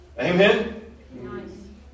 Amen